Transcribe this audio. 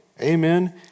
Amen